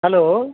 hello